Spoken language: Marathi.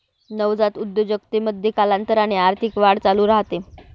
नवजात उद्योजकतेमध्ये, कालांतराने आर्थिक वाढ चालू राहते